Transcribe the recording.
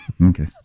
Okay